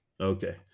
Okay